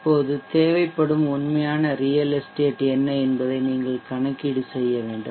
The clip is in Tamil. இப்போது தேவைப்படும் உண்மையான ரியல் எஸ்டேட் என்ன என்பதை நீங்கள் கணக்கீடு செய்ய வேண்டும்